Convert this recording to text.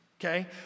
okay